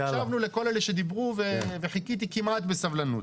הקשבנו לכל אלה שדיברו וחיכיתי כמעט בסבלנות.